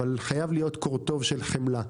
אבל חייב להיות קורטוב של חמלה.